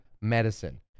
medicine